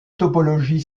topologie